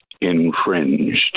infringed